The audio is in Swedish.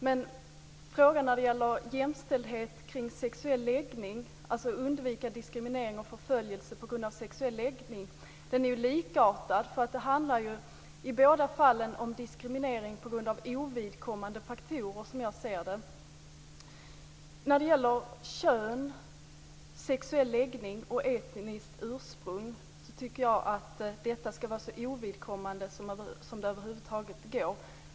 Men frågan om jämställdhet när det gäller sexuell läggning, dvs. att undvika diskriminering och förföljelse på grund av sexuell läggning, är ju likartad. Det handlar i båda fallen om diskriminering på grund av ovidkommande faktorer, som jag ser det. När det gäller kön, sexuell läggning och etniskt ursprung tycker jag att detta ska vara så ovidkommande som det över huvud taget går.